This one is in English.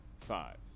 Five